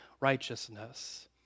righteousness